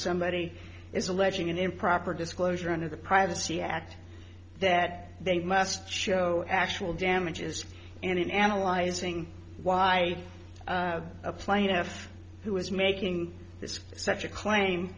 somebody is alleging an improper disclosure under the privacy act that they must show actual damages and in analyzing why a plaintiff who was making this such a claim